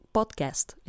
Podcast